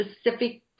specific